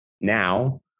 Now